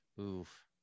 Oof